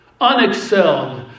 unexcelled